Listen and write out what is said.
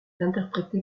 interprété